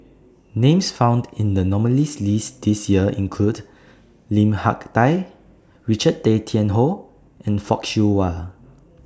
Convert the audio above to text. Names found in The nominees' list This Year include Lim Hak Tai Richard Tay Tian Hoe and Fock Siew Wah